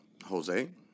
Jose